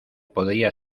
podría